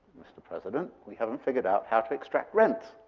mr. president, we haven't figured out how to extract rent.